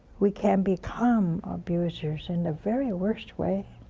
we can become abusers in the very worst way,